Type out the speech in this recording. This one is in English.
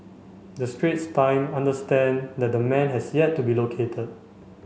the Straits Time understand that the man has yet to be located